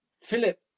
Philip